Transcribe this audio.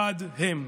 חד הם".